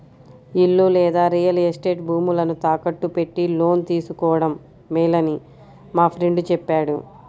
ఇల్లు లేదా real estate భూములను తాకట్టు పెట్టి లోను తీసుకోడం మేలని మా ఫ్రెండు చెప్పాడు